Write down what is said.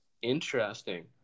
Interesting